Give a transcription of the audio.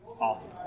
Awesome